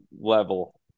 level